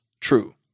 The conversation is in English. true